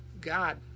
God